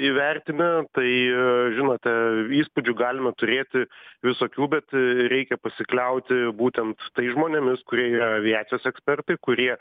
įvertinę tai žinote įspūdžių galima turėti visokių bet reikia pasikliauti būtent tais žmonėmis kurie yra aviacijos ekspertai kurie